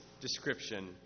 description